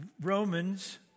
Romans